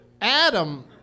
Adam